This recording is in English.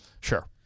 Sure